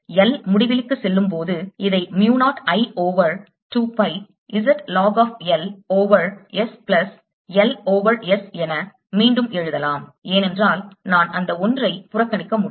L முடிவிலிக்கு செல்லும் போது இதை mu 0 I over 2 pi Z log of L over S plus L over S என மீண்டும் எழுதலாம் ஏனென்றால் நான் அந்த 1 ஐ புறக்கணிக்க முடியும்